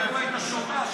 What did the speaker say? גם אם היית שומע,